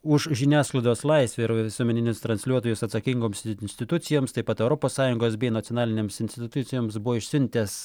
už žiniasklaidos laisvę ir visuomeninius transliuotojus atsakingoms institucijoms taip pat europos sąjungos bei nacionalinėms institucijoms buvo išsiuntęs